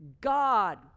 God